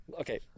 Okay